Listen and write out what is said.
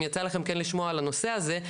אם יצא לכם כן לשמוע על הנושא הזה,